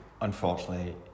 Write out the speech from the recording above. unfortunately